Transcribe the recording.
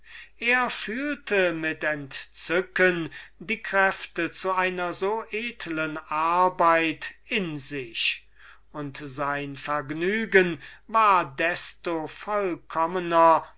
aus er fühlte mit entzücken die kräfte zu einer so edeln arbeit in sich und sein vergnügen war desto vollkommener